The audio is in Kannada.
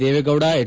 ದೇವೇಗೌಡ ಎಚ್